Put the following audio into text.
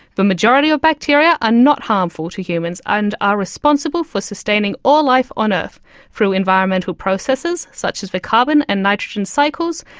the majority of bacteria are not harmful to humans and are responsible for sustaining all life on earth through environmental processes such as the carbon and nitrogen cycles,